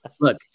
look